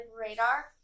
radar